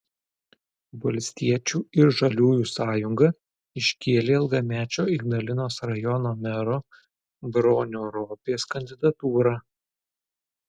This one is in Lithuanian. valstiečių ir žaliųjų sąjunga iškėlė ilgamečio ignalinos rajono mero bronio ropės kandidatūrą